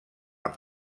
amb